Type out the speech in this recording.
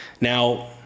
Now